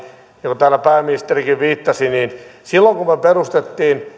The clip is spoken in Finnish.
kuin täällä pääministerikin viittasi silloin kun me perustimme